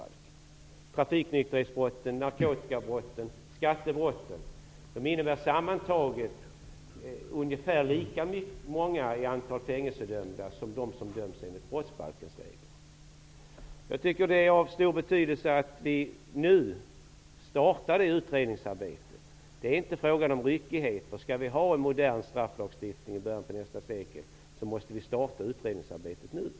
Antalet fängelsedömda för trafiknykterhetsbrott, narkotikabrott och skattebrott är sammantaget ungefär lika stort som antalet dömda enligt brottsbalkens regler. Det är av stor betydelse att det utredningsarbetet nu startar. Det är inte fråga om ryckighet, därför att om vi skall ha en modern strafflagstiftning i början av nästa sekel, måste utredningsarbetet starta nu.